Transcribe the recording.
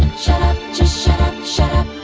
shut up, just shut up,